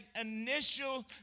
initial